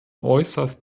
äußerst